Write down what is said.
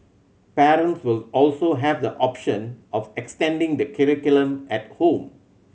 parents will also have the option of extending the curriculum at home